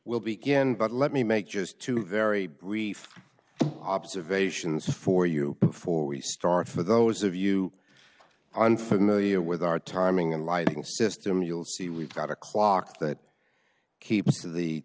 we'll began but let me make just two very brief observations for you before we start for those of you unfamiliar with our timing and lighting system you'll see we've got a clock that keeps of the